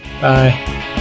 bye